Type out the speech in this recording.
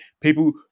people